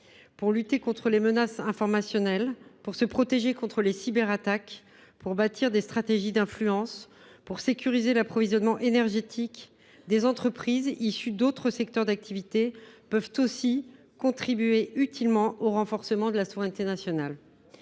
Pour lutter contre les menaces informationnelles, pour se protéger contre les cyberattaques, pour bâtir des stratégies d’influence, pour sécuriser l’approvisionnement énergétique, des entreprises issues d’autres secteurs d’activité peuvent aussi contribuer utilement au renforcement de la souveraineté nationale.